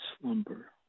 slumber